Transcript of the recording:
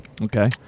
Okay